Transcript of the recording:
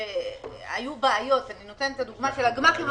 היו בעיות אני נותנת את הדוגמה של הגמ"חים,